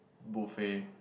buffet